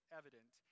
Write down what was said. evident